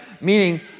Meaning